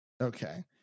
okay